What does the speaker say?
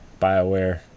BioWare